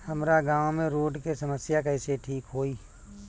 हमारा गाँव मे रोड के समस्या कइसे ठीक होई?